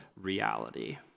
reality